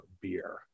beer